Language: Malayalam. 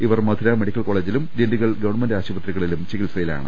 ഇവർ മധുര മെഡിക്കൽ കോളജിലും ഡിണ്ടിഗൽ ഗവൺമെന്റ് ആശുപത്രികളിലും ചികിത്സയിലാണ്